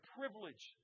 privilege